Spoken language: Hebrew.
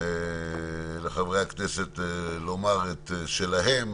לחברי הכנסת לומר את שלהם,